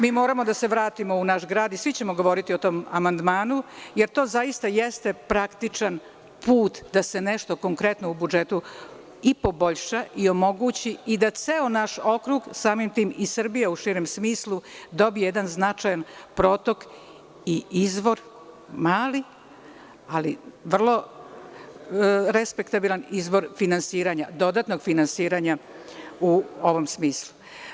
Moramo da se vratimo u naš grad i svi ćemo govoriti o tom amandmanu, jer to zaista praktičan put da se nešto konkretno u budžetu i poboljša i omogući da ceo naš okrug, samim tim i Srbija u širem smislu, dobije jedan značajan protok i jedan mali ali vrlo respektabilan izvor dodatnog finansiranja u ovom smislu.